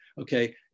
okay